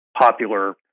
popular